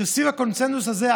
שסביב הקונסנזוס הזה,